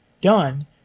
done